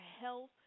health